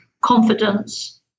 confidence